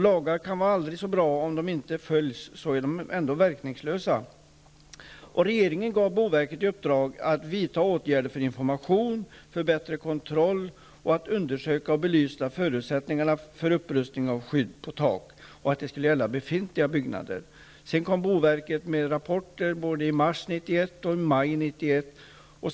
Lagar kan vara aldrig så bra, men om de inte följs är de ändå verkningslösa. Regeringen gav boverket i uppdrag att vidta åtgärder för information, för bättre kontroll och för att undersöka och belysa förutsättningarna för upprustning av skydd på tak. Detta skulle gälla befintliga byggnader. Boverket kom med rapporter både i mars 1991 och i maj 1991.